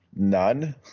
none